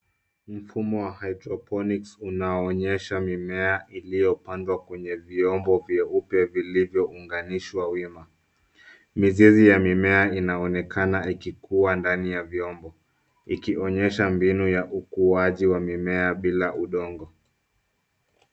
Mfumo wa cs[hydroponics]cs unaonyesha mimea iliyopandwa kwenye vyombo vyeupe vilivyounganishwa wima. Mizizi ya mimea inaonekana ikikuwa ndani ya vyombo ikionyesha mbinu ya ukuaji wa mimea bila udongo.